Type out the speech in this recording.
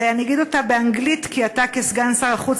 אני אגיד אותה באנגלית כי אתה כסגן שר החוץ